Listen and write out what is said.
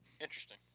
Interesting